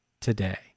today